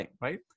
right